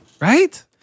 right